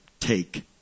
Take